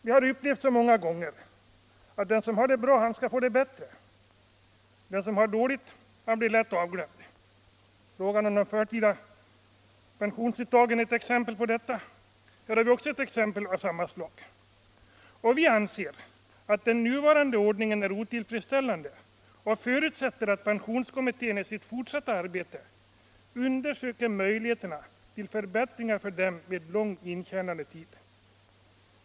Vi har många gånger upplevt att den som har det bra skall få det bättre. Den som har det dåligt blir lätt bortglömd. Frågan om förtida pensionsuttag är ett exempel på detta. Vi centerpartister anser att den nuvarande ordningen är otillfredsställande och förutsätter att pensionskommittén i sitt fortsatta arbete undersöker möjligheterna till förbättringar för dem som har lång intjänandetid.